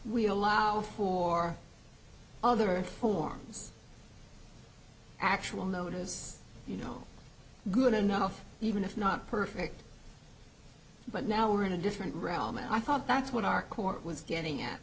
we allow for other forms actual notice you know good enough even if not perfect but now we're in a different realm and i thought that's what our court was getting at